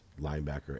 linebacker